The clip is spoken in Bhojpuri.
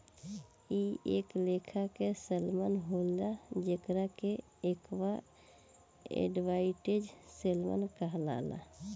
इ एक लेखा के सैल्मन होले जेकरा के एक्वा एडवांटेज सैल्मन कहाला